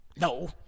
No